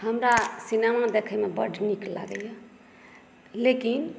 हमरा सिनेमा देखय मे बड नीक लागैया लेकिन